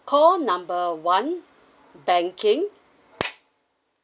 call number one banking